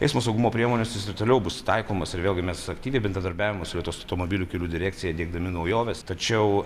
eismo saugumo priemonės jos ir toliau bus taikomos ir vėlgi mes aktyviai bendradarbiaujame su vietos automobilių kelių direkcija diegdami naujoves tačiau